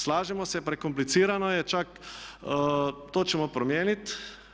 Slažemo se, prekomplicirano je, to ćemo promijeniti.